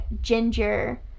ginger